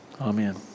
Amen